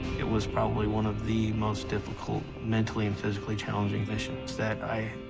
it was probably one of the most difficult, mentally and physically challenging missions that i